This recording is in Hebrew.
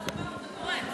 למה הדבר הזה קורה?